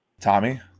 Tommy